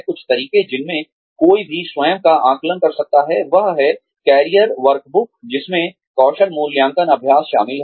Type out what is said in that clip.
कुछ तरीके जिनमें कोई भी स्वयं का आकलन कर सकता है वह है कैरियर वर्कबुक जिसमें कौशल मूल्यांकन अभ्यास शामिल हैं